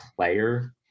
player